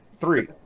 three